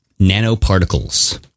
nanoparticles